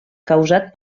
causat